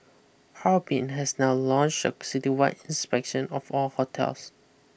Harbin has now launched a citywide inspection of all hotels